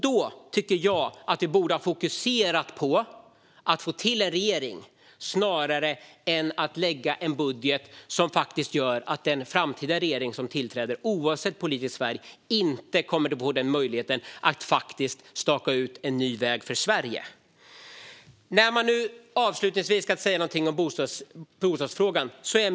Då tycker jag att vi borde ha fokuserat på att få till en regering snarare än att lägga fram en budget som gör att den framtida regering som tillträder - oavsett politisk färg - inte får möjlighet att staka ut en ny väg för Sverige. Avslutningsvis vill jag säga någonting om bostadsfrågan.